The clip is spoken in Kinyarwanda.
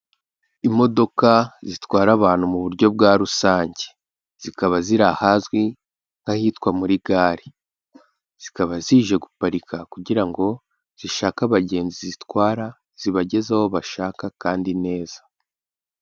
Imodoka zitwara abantu mu buryo bwa rusange, zikaba ziri ahazwi nk'ahitwa muri gare, zikaba zije guparika kugira ngo zishake abagenzi zitwara, zibageze aho bashaka kandi neza.